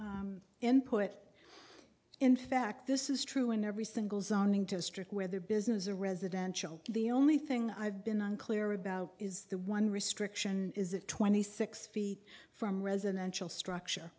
public input in fact this is true in every single zoning district where the business a residential the only thing i've been unclear about is the one restriction is it twenty six feet from residential structure